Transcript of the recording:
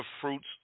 fruits